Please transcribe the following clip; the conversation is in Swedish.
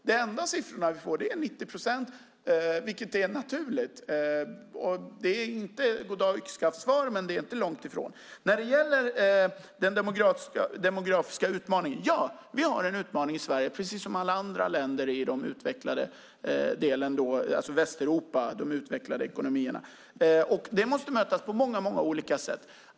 Den enda siffra vi får är 90 procent, och det är naturligt. Det är inte ett goddagyxskaftssvar men inte långt ifrån. När det gäller den demografiska utvecklingen har vi en utmaning i Sverige, precis som i alla andra länder i Västeuropa, de utvecklade ekonomierna. Det måste mötas på många olika sätt.